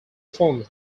forms